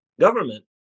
government